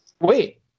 Wait